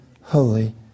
holy